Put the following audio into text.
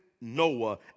Noah